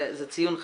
זה ציון חשוב,